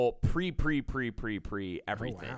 pre-pre-pre-pre-pre-everything